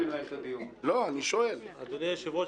אדוני היושב-ראש,